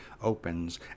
opens